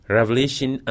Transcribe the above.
Revelation